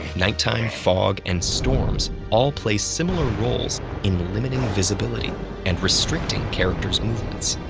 nighttime, fog, and storms all play similar roles in limiting visibility and restricting characters' movements.